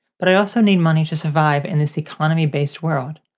but i also need money to survive in this economy based world.